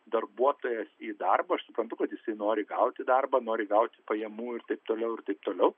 darbuotojas į darbą aš suprantu kad jisai nori gauti darbą nori gauti pajamų ir taip toliau ir taip toliau